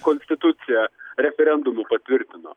konstituciją referendumu patvirtino